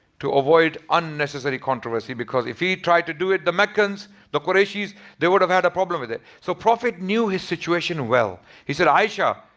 to avoid unnecessary controversy. because if he tried to do it the meccans the qureshi's, they would have had a problem with it. so the prophet knew his situation well. he said aisha,